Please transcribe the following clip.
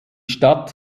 stadt